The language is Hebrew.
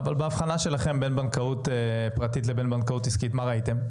אבל באבחנה שלכם בין בנקאות פרטית לבין בנקאות עסקית מה ראיתם?